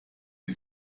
sie